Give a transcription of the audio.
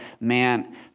man